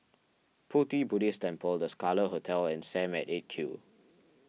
Pu Ti Buddhist Temple the Scarlet Hotel and Sam at eight Q